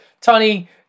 Tony